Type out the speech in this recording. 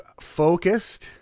focused